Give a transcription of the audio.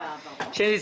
בלי קשר